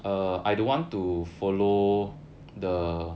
err I don't want to follow the